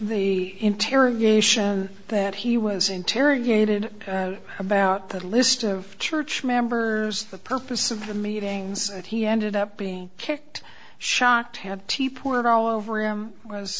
the interrogation that he was interrogated about the list of church members the purpose of the meetings that he ended up being kicked shocked have t poor it all over him was